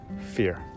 fear